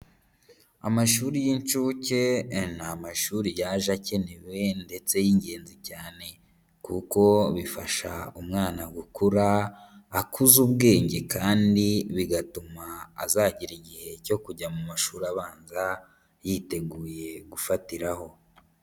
Amashuri y'incuke ni amashuri yaje akenewe ndetse y'ingenzi cyane kuko bifasha umwana gukura akuza ubwenge kandi bigatuma azagira igihe cyo kujya mu mashuri abanza yiteguye gufatiraho.